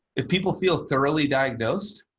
if people feel thoroughly diagnosed,